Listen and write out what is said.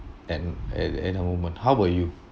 and at at a moment how about you